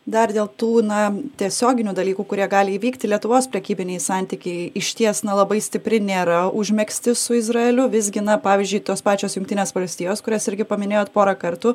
dar dėl tų na tiesioginių dalykų kurie gali įvykti lietuvos prekybiniai santykiai išties na labai stipriai nėra užmegzti su izraeliu visgi na pavyzdžiui tos pačios jungtinės valstijos kurias irgi paminėjot porą kartų